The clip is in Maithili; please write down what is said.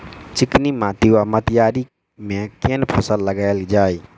चिकनी माटि वा मटीयारी मे केँ फसल लगाएल जाए?